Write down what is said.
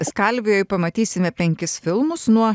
skalvijoj pamatysime penkis filmus nuo